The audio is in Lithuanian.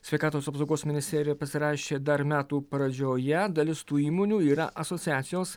sveikatos apsaugos ministerija pasirašė dar metų pradžioje dalis tų įmonių yra asociacijos